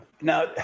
now